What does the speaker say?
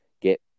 get